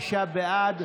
בעד,